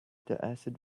acid